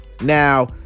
Now